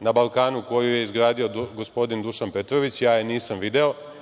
na Balkanu koju je izgradio gospodin Dušan Petrović. Ja je nisam video.